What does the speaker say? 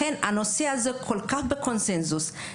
לכן יש קונצנזוס כשזה מגיע לנושא הזה,